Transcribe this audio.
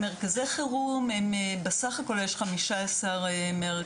מרכזי חירום הם בסך הכול יש 15 מרכזים,